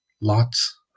lots